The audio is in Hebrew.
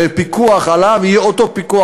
וגם הפיקוח עליו יהיה אותו פיקוח,